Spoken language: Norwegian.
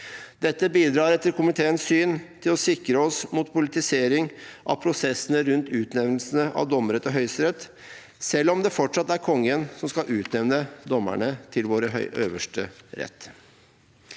Dette bidrar, etter komiteens syn, til å sikre oss mot politisering av prosessene rundt utnevnelsene av dommere til Høyesterett, selv om det fortsatt er Kongen som skal utnevne dommerne til vår øverste rett.